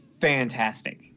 fantastic